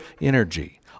energy